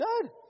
Good